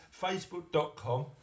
facebook.com